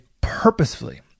purposefully